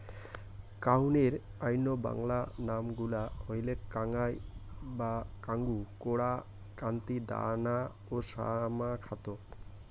কাউনের অইন্য বাংলা নাম গুলা হইলেক কাঙ্গুই বা কাঙ্গু, কোরা, কান্তি, দানা ও শ্যামধাত